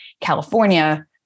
California